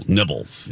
Nibbles